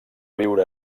viure